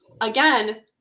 again